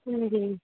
हाँ जी